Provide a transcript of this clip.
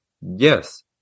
yes